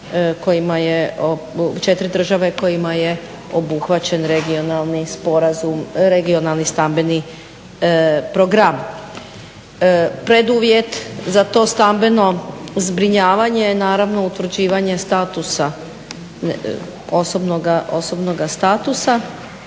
četiri države kojima je obuhvaćen regionalni stambeni program. Preduvjet za to stambeno zbrinjavanje naravno utvrđivanje statusa,